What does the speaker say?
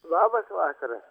labas vakaras